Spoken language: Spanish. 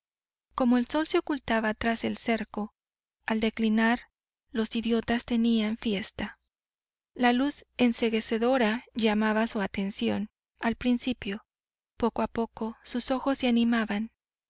como el sol se ocultaba tras el cerco al declinar los idiotas tenían fiesta la luz enceguecedora llamaba su atención al principio poco a poco sus ojos se animaban